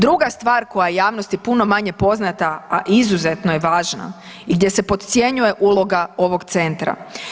Druga stvar koja je javnosti puno manje poznata a izuzetno je važna i gdje se podcjenjuje uloga ovog centra.